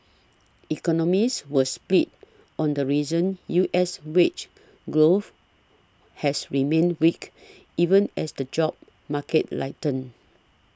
economists were split on the reasons U S wage growth has remained weak even as the job market lighten